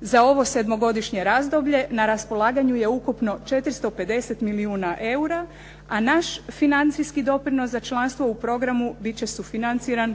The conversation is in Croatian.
za ovo sedmogodišnje razdoblje, na raspolaganju je ukupno 450 milijuna eura, a naš financijski doprinos za članstvo u programu biti će sufinanciran